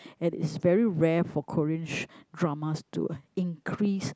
and it's very rare for Korean sh~ dramas to increase